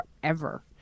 forever